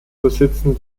besitzen